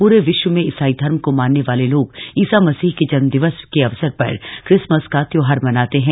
पूरे विश्व में ईसाई धर्म को मानने वाले लोग ईसा मसीह के जन्मदिन के अवसर पर क्रिसमस का त्योहार मनाते हैं